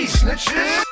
snitches